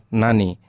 nani